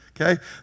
okay